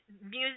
Music